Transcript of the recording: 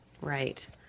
right